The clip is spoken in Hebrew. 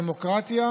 לדמוקרטיה,